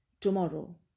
tomorrow